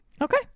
Okay